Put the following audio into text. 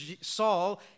Saul